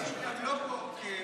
אורית, אני לא פה בתקן,